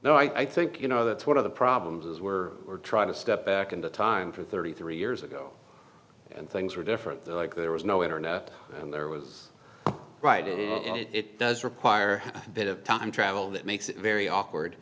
no i think you know that's one of the problems as we're we're trying to step back into time for thirty three years ago and things were different though like there was no internet and there was writing it does require a bit of time travel that makes it very awkward